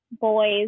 boys